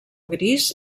gris